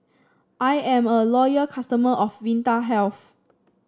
I am a loyal customer of Vitahealth